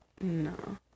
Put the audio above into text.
No